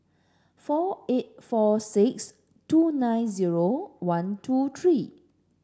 four eight four six two nine zero one two three